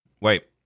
Wait